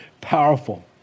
powerful